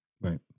Right